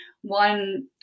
one